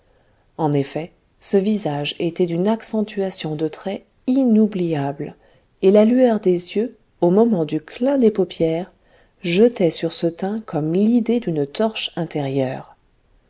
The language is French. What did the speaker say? en effet ce visage était d'une accentuation de traits inoubliable et la lueur des yeux au moment du clin des paupières jetait sur ce teint comme l'idée d'une torche intérieure